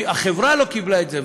החברה לא קיבלה את זה.